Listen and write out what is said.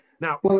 Now